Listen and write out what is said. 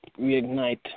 reignite